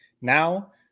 Now